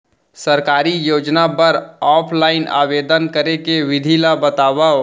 सरकारी योजना बर ऑफलाइन आवेदन करे के विधि ला बतावव